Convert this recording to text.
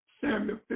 Samuel